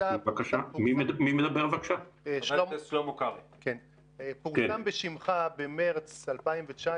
פורסם בשמך במרס 2019,